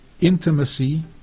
Intimacy